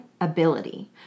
ability